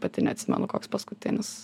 pati neatsimenu koks paskutinis